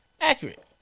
Accurate